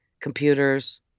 Computers